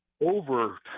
over